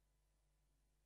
ולא נכללות פה מיטות פסיכיאטריה,